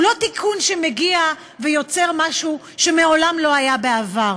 הוא לא תיקון שמגיע ויוצר משהו שמעולם לא היה בעבר.